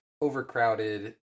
overcrowded